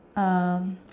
um